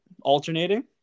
alternating